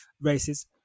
races